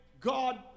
God